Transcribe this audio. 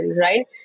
right